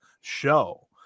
show